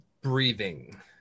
Breathing